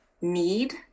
need